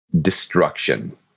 destruction